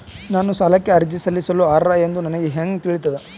ನಾನು ಸಾಲಕ್ಕೆ ಅರ್ಜಿ ಸಲ್ಲಿಸಲು ಅರ್ಹ ಎಂದು ನನಗೆ ಹೆಂಗ್ ತಿಳಿತದ?